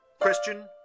Question